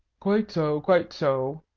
quite so, quite so!